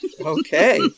Okay